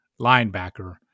linebacker